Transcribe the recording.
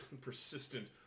persistent